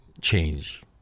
change